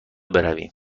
برویم